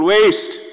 Waste